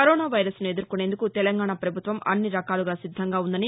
corona వైరస్ను ఎదుర్కొనేందుకు తెలంగాణ పభుత్వం అన్నిరకాలుగా సిద్దంగా ఉందని